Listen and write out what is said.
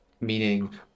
Meaning